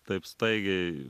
taip staigiai